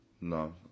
no